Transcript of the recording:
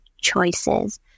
choices